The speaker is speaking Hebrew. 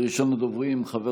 ראשון הדוברים, חבר